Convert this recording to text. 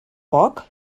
poc